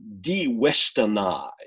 de-Westernize